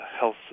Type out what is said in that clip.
health